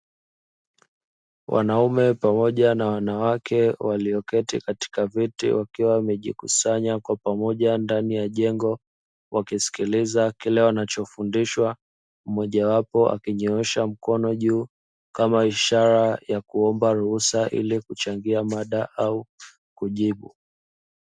Wanaume pamoja na wanawake walioketi katika viti, wakiwa wamejikusanya kwa pamoja ndani ya jengo, wakisikiliza kile wanachofundishwa. Mmojawapo akinyoosha mkono juu, kama ishara ya kuomba ruhusa ili kuchangia mada au kujibu.